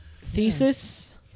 thesis